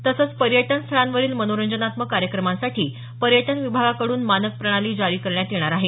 तसंच पर्यटन स्थळांवरील मनोरंजनात्मक कार्यक्रमांसाठी पर्यटन विभागाकड्रन मानक प्रणाली जारी करण्यात येणार आहे